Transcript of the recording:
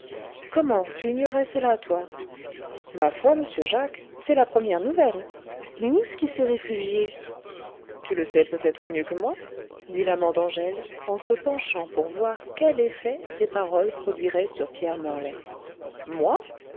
comment tu ignorais cela toi ma foi m'sieur jacques c'est la première nouvelle mais ousqu'y s'est réfugié tu le sais peut-être mieux que moi dit l'amant d'angèle en se penchant pour voir quel effet ces paroles produiraient sur pierre morlaix moi